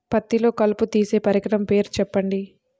పత్తిలో కలుపు తీసే పరికరము పేరు చెప్పండి